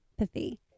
empathy